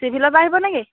চিভিলৰপৰা আহিন নেকি